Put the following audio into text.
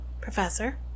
professor